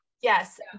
Yes